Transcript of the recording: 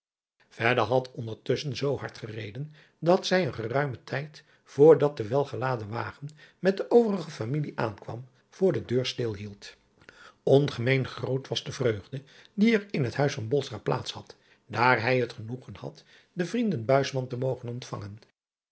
had ondertusschen zoo hard gereden dat zij een geruimen tijd voor dat de wel geladen wagen met de overige familie aankwam voor de deur stil hield ngemeen groot was de vreugde die er in het huis van plaats had daar hij het genoegen had de vrienden te mogen ontvangen